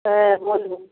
হ্যাঁ বলুন